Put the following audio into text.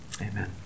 Amen